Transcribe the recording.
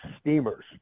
steamers